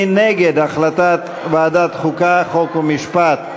מי נגד החלטת ועדת החוקה, חוק ומשפט?